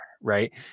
right